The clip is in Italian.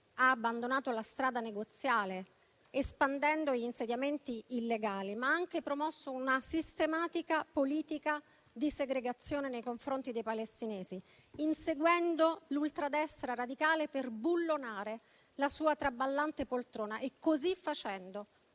ha abbandonato la strada negoziale, espandendo gli insediamenti illegali, ma ha anche promosso una sistematica politica di segregazione nei confronti dei palestinesi, inseguendo l'ultradestra radicale per bullonare la sua traballante poltrona e, così facendo,